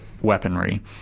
weaponry